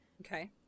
Okay